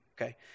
Okay